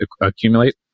accumulate